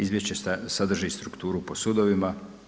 Izvješće sadrži strukturu po sudovima.